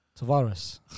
Tavares